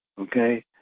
Okay